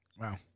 Wow